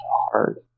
hard